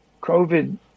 COVID